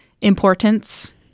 importance